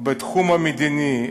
בתחום המדיני,